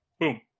Boom